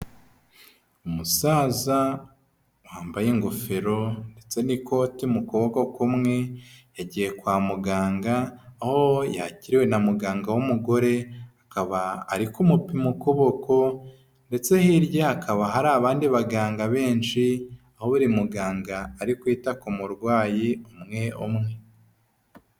Umusaza wambaye ingofero ndetse n'ikote mu kuboko kumwe yagiye kwa muganga aho yakiriwe na muganga w'umugore akaba ari kumupima ukuboko ndetse hirya hakaba hari abandi baganga benshi aho buri muganga ari kwita ku murwayi umwe umwe.